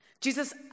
Jesus